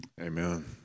Amen